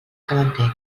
calentet